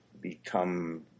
become